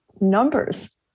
numbers